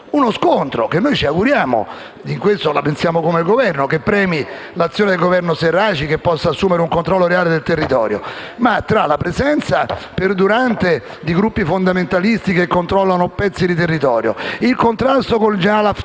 uno scontro che noi ci auguriamo - e su questo la pensiamo come il Governo - premi l'azione del Governo Serraj e si possa assumere un controllo reale del territorio. Tuttavia, tra la presenza perdurante di gruppi fondamentalisti che controllano pezzi di territorio, il contrasto con Haftar